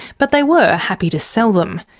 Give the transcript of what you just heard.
but they were happy to sell them,